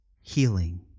healing